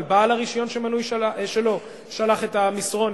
בעל הרשיון שמנוי שלו שלח את המסרון,